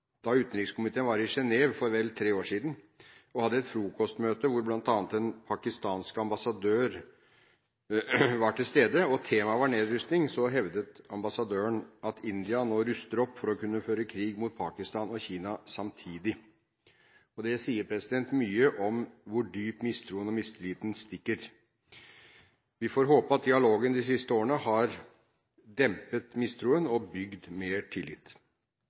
Da utenrikskomiteen var i Genève for vel tre år siden og hadde et frokostmøte hvor bl.a. den pakistanske ambassadør var til stede, og temaet var nedrustning, hevdet ambassadøren at India rustet opp for å kunne føre krig mot Pakistan og Kina samtidig. Det sier mye om hvor dypt mistroen og mistilliten stikker. Vi får håpe at dialogen de siste årene har dempet mistroen og bygd mer tillit.